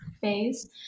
phase